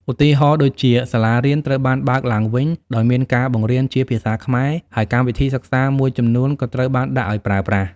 ឧទាហរណ៍ ដូចជា សាលារៀនត្រូវបានបើកឡើងវិញដោយមានការបង្រៀនជាភាសាខ្មែរ ហើយកម្មវិធីសិក្សាមួយចំនួនក៏ត្រូវបានដាក់ឱ្យប្រើប្រាស់។